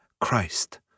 Christ